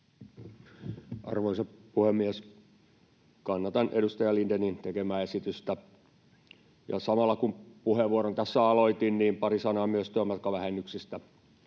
Arvoisa puhemies! Kannatan edustaja Lindénin tekemää esitystä. Ja samalla, kun puheenvuoron tässä aloitin, pari sanaa myös työmatkavähennyksistä.